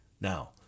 Now